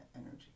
energy